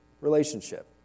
relationship